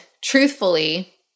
truthfully